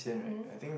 mmhmm